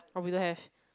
oh we don't have